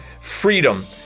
freedom